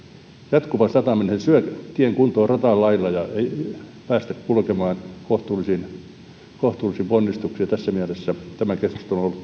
jatkuva sataminen syö tien kuntoa rotan lailla ja ei päästä kulkemaan kohtuullisin kohtuullisin ponnistuksin tässä mielessä tämä keskustelu